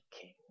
King